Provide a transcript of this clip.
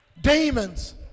Demons